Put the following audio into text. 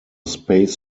space